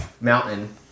mountain